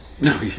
No